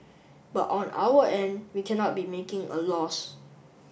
but on our end we cannot be making a loss